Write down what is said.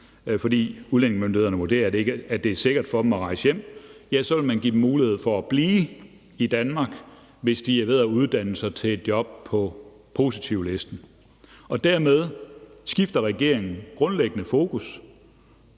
fordi udlændingemyndighederne vurderer, at det er sikkert for dem at rejse hjem, mulighed for at blive i Danmark, hvis de er ved at uddanne sig til et job på positivlisten. Dermed skifter regeringen grundlæggende fokus